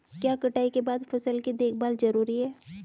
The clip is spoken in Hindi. क्या कटाई के बाद फसल की देखभाल जरूरी है?